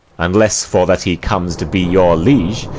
unless for that he comes to be your liege,